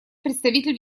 представитель